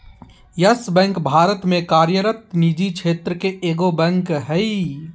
yes Bank Bharat में कार्यरत निजी क्षेत्र के एगो बैंक हइ